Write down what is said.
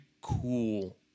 cool